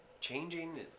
changing